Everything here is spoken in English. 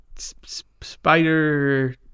Spider